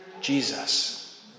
Jesus